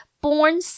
Born